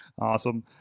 Awesome